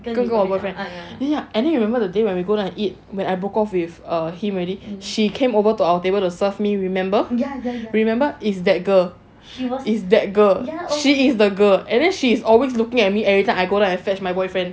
跟我 boyfriend ah I remember the day when we go down and eat when I broke off with err him already she came over to our table to serve me remember remember is that girl is girl she is the girl and then she is always looking at me every time I go there I fetch my boyfriend